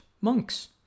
monks